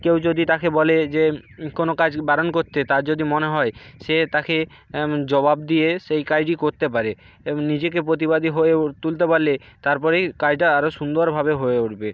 কেউ যদি তাকে বলে যে কোনও কাজ বারণ করতে তার যদি মনে হয় সে তাকে জবাব দিয়ে সেই কাজই করতে পারে নিজেকে প্রতিবাদী হয়ে তুলতে পাল্লে তারপরেই কাজটা আরও সুন্দরভাবে হয়ে উঠবে